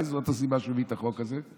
אולי זאת הסיבה שהוא הביא את החוק הזה?